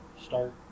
start